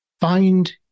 find